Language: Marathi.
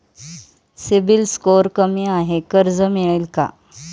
सिबिल स्कोअर कमी आहे कर्ज मिळेल का?